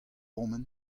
bremañ